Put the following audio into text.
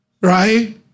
right